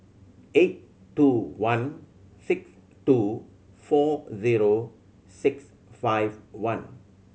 eight two one six two four zero six five one